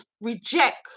reject